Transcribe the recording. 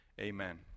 Amen